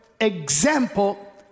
example